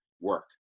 work